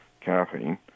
caffeine